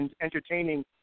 entertaining